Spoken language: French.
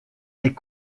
est